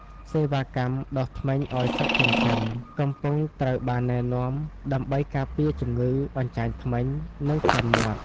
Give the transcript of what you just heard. សេវាកម្ម "ដុសធ្មេញឱ្យសត្វចិញ្ចឹម" កំពុងត្រូវបានណែនាំដើម្បីការពារជំងឺអញ្ចាញធ្មេញ និងក្លិនមាត់។